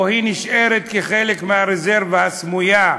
או נשאר כחלק מהרזרבה הסמויה,